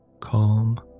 Calm